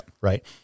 Right